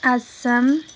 Assam